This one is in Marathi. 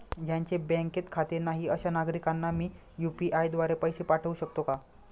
ज्यांचे बँकेत खाते नाही अशा नागरीकांना मी यू.पी.आय द्वारे पैसे पाठवू शकतो का?